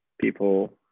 people